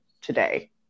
today